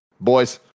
boys